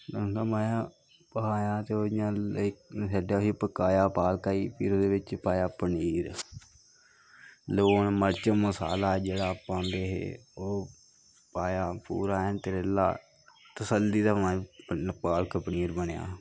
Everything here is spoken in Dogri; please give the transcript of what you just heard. भखाया ते ओह् इयां पकाया पालका गी फ्ही ओह्दे च पाया पनीर लून मर्च मसाला जेह्ड़ा पांदे हे ओह् पाया पूरा अहें तसल्ली दा माए पालक पनीर बनेआ